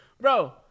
Bro